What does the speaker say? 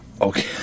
Okay